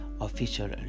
official